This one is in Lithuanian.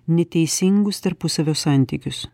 neteisingus tarpusavio santykius